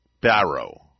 Barrow